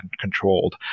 controlled